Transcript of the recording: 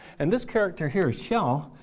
and this character here, so